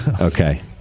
Okay